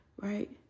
Right